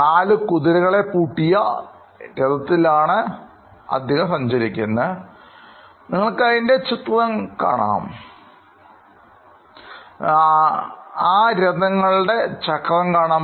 നാലു കുതിരകളെ പൂട്ടിയ രഥത്തിൽ ആണ് അദ്ദേഹം സഞ്ചരിക്കുന്നത് നിങ്ങൾക്ക് അതിൻറെ ചക്രം കാണാം